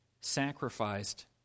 sacrificed